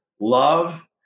love